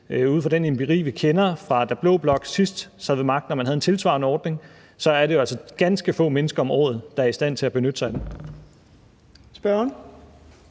ud fra den empiri, vi kender, fra da blå blok sidst sad ved magten og man havde en tilsvarende ordning. Det er jo altså ganske få mennesker om året, der er i stand til at benytte sig af den. Kl.